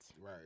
Right